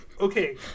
okay